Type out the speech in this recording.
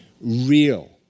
real